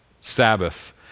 Sabbath